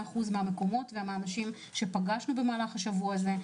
אחוז מה המקומות ומי האנשים שפגשנו במהלך השבוע הזה.